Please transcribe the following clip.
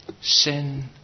Sin